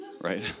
right